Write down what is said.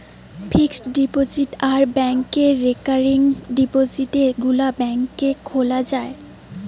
fixed deposit আর ব্যাংকে recurring ডিপোজিটে গুলা ব্যাংকে খোলা যায়